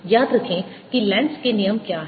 याद रखें कि लेंज़ के नियम Lenz's law क्या है